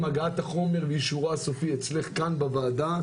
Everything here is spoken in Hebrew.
הגעת החומר ואישורו הסופי אצלך כאן בוועדה,